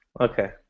Okay